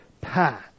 path